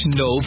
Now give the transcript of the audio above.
no